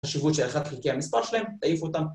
חשיבות שהאחד חלקי המספר שלהם, תעיף אותם